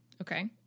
okay